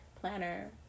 planner